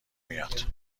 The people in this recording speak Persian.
میاد